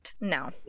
No